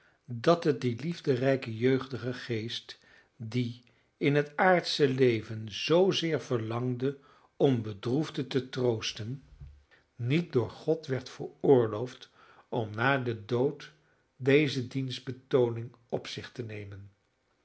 dat het dien liefderijken jeugdigen geest die in het aardsche leven zoozeer verlangde om bedroefden te troosten niet door god werd veroorloofd om na den dood deze dienstbetooning op zich te nemen